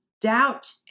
doubt